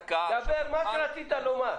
מה רצית לומר.